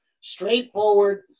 straightforward